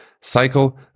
cycle